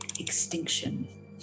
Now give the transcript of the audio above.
extinction